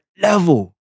level